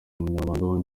umunyamabanga